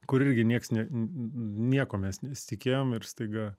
kur irgi nieks ne n n n nieko mes nesitikėjom ir staiga